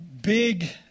big